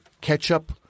ketchup